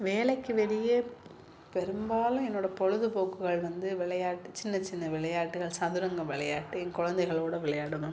வேலைக்கு வெளியே பெரும்பாலும் என்னோடய பொழுதுபோக்குகள் வந்து விளையாட்டு சின்ன சின்ன விளையாட்டுகள் சதுரங்கம் விளையாட்டு என் குழந்தைகளோட விளையாடணும்